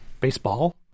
baseball